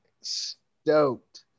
stoked